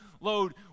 load